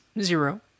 zero